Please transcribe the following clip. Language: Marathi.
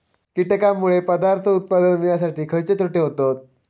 कीटकांनमुळे पदार्थ उत्पादन मिळासाठी खयचे तोटे होतत?